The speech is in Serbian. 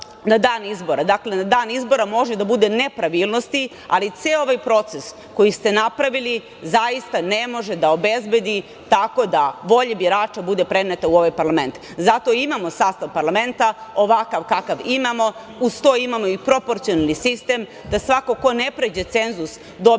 na dan izbora može da bude nepravilnosti, ali ceo ovaj proces koji ste napravili zaista ne može da obezbedi tako da volja birača bude preneta u ovaj parlament. Zato imamo sastav parlamenta ovakav kakav imamo. Uz to imamo i proporcionalni sistem da svako ko ne pređe cenzus dobijete